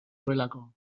duelako